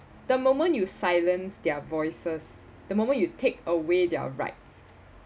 the moment you silenced their voices the moment you take away their rights